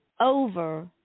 over